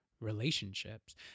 relationships